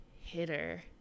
hitter